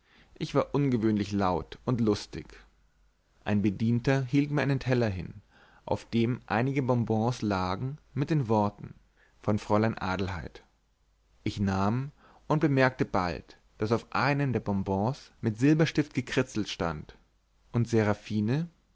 ich war ungewöhnlich laut und lustig ein bedienter hielt mir einen teller hin auf dem einige bonbons lagen mit den worten von fräulein adelheid ich nahm und bemerkte bald daß auf einem der bonbons mit silberstift gekritzelt stand und seraphine